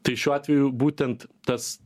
tai šiuo atveju būtent tas